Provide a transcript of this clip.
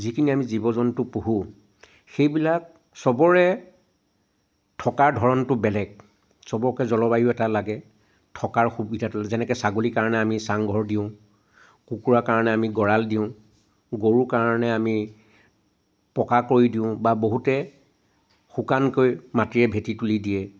যিখিনি আমি জীৱ জন্তু পোহো সেইবিলাক চবৰে থকাৰ ধৰণটো বেলেগ চবকে জলবায়ু এটা লাগে থকাৰ সুবিধাটো যেনেকৈ ছাগলীৰ কাৰণে আমি চাংঘৰ দিওঁ কুকুৰা কাৰণে আমি গড়াল দিওঁ গৰু কাৰণে আমি পকা কৰি দিওঁ বা বহুতে শুকানকৈ মাটিৰে ভেটি তুলি দিয়ে